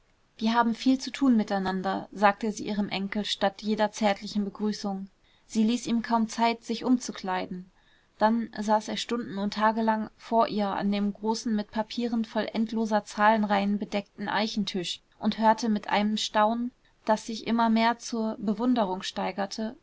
wir haben viel zu tun miteinander sagte sie ihrem enkel statt jeder zärtlichen begrüßung sie ließ ihm kaum zeit sich umzukleiden dann saß er stunden und tagelang vor ihr an dem großen mit papieren voll endloser zahlenreihen bedeckten eichentisch und hörte mit einem staunen das sich immer mehr zur bewunderung steigerte